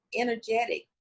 energetic